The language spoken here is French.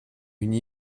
une